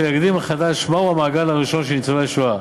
שיגדיר מחדש מהו המעגל הראשון של ניצולי השואה.